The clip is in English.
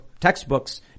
textbooks